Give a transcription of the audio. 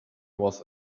was